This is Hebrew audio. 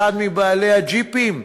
אחד מבעלי הג'יפים?